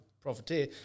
Profiteer